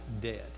dead